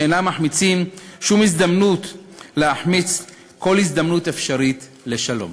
שאינם מחמיצים שום הזדמנות להחמיץ כל הזדמנות אפשרית לשלום.